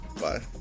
Bye